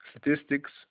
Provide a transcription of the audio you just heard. statistics